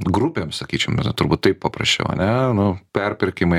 grupėms sakyčiau yra turbūt taip paprasčiau ane nu perpirkimai